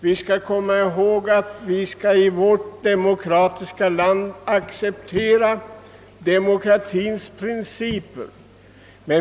Vi skall komma ihåg att vi i vårt demokratiska land skall acceptera demokratins principer.